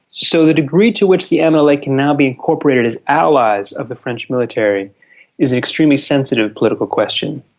so the degree to which the mnla and like can now be incorporated as allies of the french military is the extremely sensitive political question.